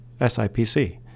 SIPC